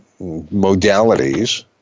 modalities